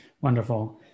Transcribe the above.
Wonderful